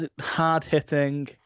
hard-hitting